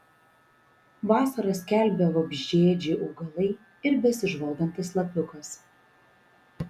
vasarą skelbia vabzdžiaėdžiai augalai ir besižvalgantis lapiukas